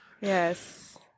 Yes